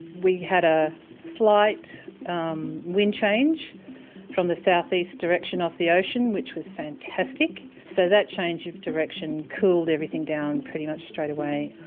we had a slight wind change from the southeast direction of the ocean which was fantastic so that change of direction cooled everything down pretty much straight away.